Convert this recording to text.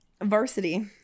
Varsity